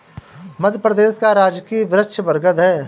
मध्य प्रदेश का राजकीय वृक्ष बरगद है